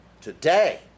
Today